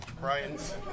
Brian's